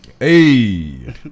Hey